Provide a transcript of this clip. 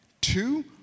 Two